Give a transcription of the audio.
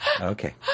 Okay